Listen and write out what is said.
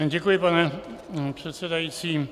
Děkuji, pane předsedající.